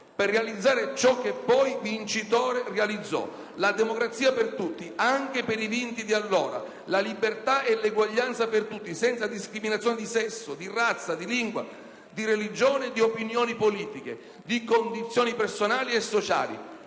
per realizzare ciò che poi, vincitore, realizzò: la democrazia per tutti, anche per i vinti di allora; la libertà e l'eguaglianza per tutti, senza discriminazione di sesso, di razza, di lingua, di religione e di opinioni politiche, di condizioni personali e sociali,